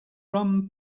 rum